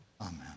Amen